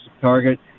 target